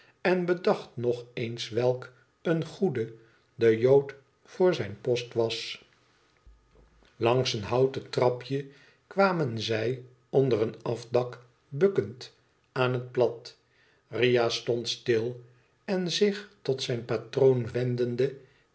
en bedacht nog eens welk een goede de jood voor zijn post was langs een houten trapje kwamen zij onder een afdak bukkend aan het plat ria stond stil en zich tot zijn patroon wendende